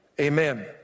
Amen